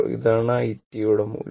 ഇതാണ് i യുടെ മൂല്യം